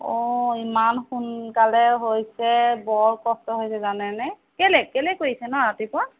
অঁ ইমান সোনকালে হৈছে বৰ কষ্ট হৈছে জানেনে কেলেই কেলেই কৰিছে ন' ৰাতিপুৱা